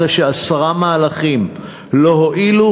אחרי שעשרה מהלכים לא הועילו,